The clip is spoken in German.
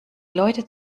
leute